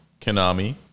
Konami